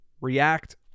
react